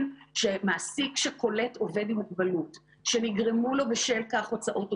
כך שהאדם עם מוגבלות יוכל לקבל את השירות קרוב לביתו ויותר חשוב מזה,